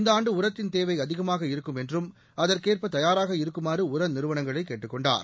இந்த ஆண்டு உரத்தின் தேவை அதிகமாக இருக்கும் என்றும் அதற்கேற்ப தயாராக இருக்குமாறு உர நிறுவனங்களை கேட்டுக் கொண்டார்